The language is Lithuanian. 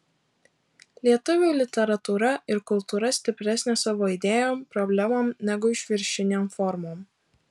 lietuvių literatūra ir kultūra stipresnė savo idėjom problemom negu išviršinėm formom